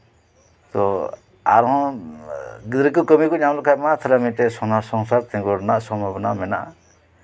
ᱛᱳ ᱟᱨᱦᱚᱸ ᱜᱤᱫᱽᱨᱟᱹ ᱠᱚ ᱠᱟᱹᱢᱤ ᱠᱚ ᱧᱟᱢ ᱞᱮᱠᱷᱟᱱ ᱢᱟ ᱛᱟᱦᱞᱮ ᱢᱤᱫᱴᱮᱱ ᱥᱳᱱᱟᱨ ᱥᱚᱝᱥᱟᱨ ᱛᱤᱜᱩ ᱨᱮᱭᱟᱜ ᱥᱚᱢᱵᱷᱚᱵᱚᱱᱟ ᱢᱮᱱᱟᱜᱼᱟ